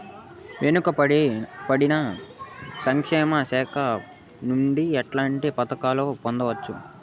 వెనుక పడిన సంక్షేమ శాఖ నుంచి ఎట్లాంటి పథకాలు పొందవచ్చు?